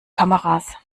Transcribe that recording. kameras